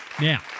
now